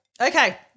Okay